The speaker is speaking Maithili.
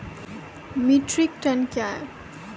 मीट्रिक टन कया हैं?